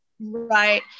Right